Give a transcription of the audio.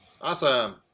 awesome